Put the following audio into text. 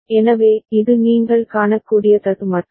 எனவே இது நீங்கள் காணக்கூடிய தடுமாற்றம்